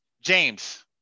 James